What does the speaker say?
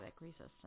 resistance